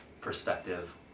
perspective